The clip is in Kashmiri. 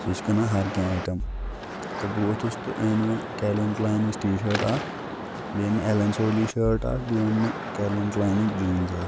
سُہ چھِ کٕنان ہر کیٚنٛہہ آیٹم تہٕ بہٕ ووٚتھُس تہٕ أنۍ مےٚ کیلوِن کلاینٕچ ٹی شٲٹ اَکھ بیٚیہِ أنۍ مےٚ اٮ۪لین سولی شٲٹ اَکھ بیٚیہِ اوٚن مےٚ کیلوِن کٕلاینُک جیٖنٕز اَکھ